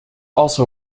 also